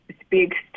speaks